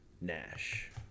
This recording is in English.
Nash